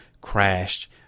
crashed